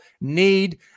need